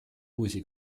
uusi